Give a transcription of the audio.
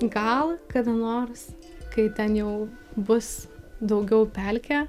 gal kada nors kai ten jau bus daugiau pelkė